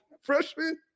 freshman